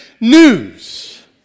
news